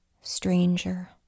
stranger